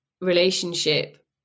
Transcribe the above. relationship